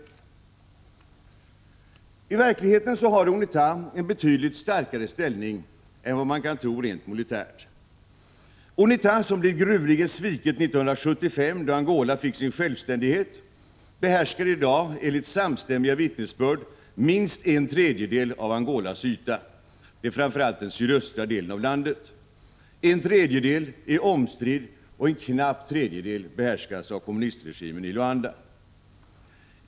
EEE Sr I verkligheten har UNITA en betydligt starkare ställning än vad man kan (ENAS SBDESSATTGENgReE m.m. tro, rent militärt. UNITA, som blev grundligen sviket 1975, då Angola fick sin självständighet, behärskar i dag enligt samstämmiga vittnesbörd minst en tredjedel av Angolas yta, framför allt den sydöstra delen av landet. En tredjedel är omstridd, och en knapp tredjedel behärskas av kommunistregimen i Luanda.